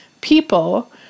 people